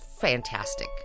fantastic